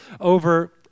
over